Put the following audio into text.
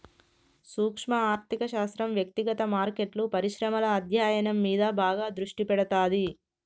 సూక్శ్మ ఆర్థిక శాస్త్రం వ్యక్తిగత మార్కెట్లు, పరిశ్రమల అధ్యయనం మీద బాగా దృష్టి పెడతాది